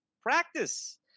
Practice